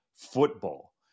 football